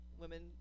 women